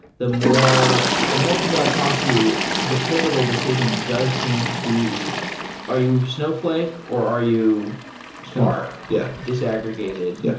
the more the more people i talk to, the pivotal decision does seem to be are you snowfl ake or are you spark yeah disaggregated?